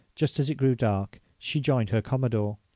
just as it grew dark, she joined her commodore.